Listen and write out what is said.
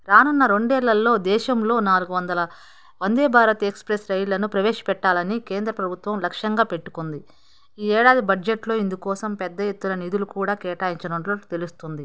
రానున్న రెండేళ్ళలో దేశంలో నాలుగు వందల వందే భారత్ ఎక్స్ప్రెస్ రైళ్ళను ప్రవేశపెట్టాలని కేంద్ర ప్రభుత్వం లక్ష్యంగా పెట్టుకుంది ఈ ఏడాది బడ్జెట్లో ఇందుకోసం పెద్ద ఎత్తున నిధులు కూడా కేటాయించినట్టు తెలుస్తుంది